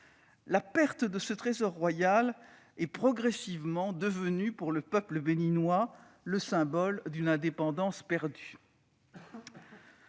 La perte de ce trésor royal est progressivement devenue, pour le peuple béninois, le symbole d'une indépendance perdue.